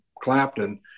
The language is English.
Clapton